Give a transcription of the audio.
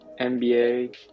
NBA